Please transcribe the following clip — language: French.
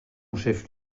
chef